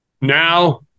now